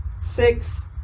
six